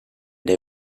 they